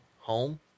home